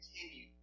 continue